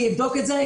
אבדוק את זה.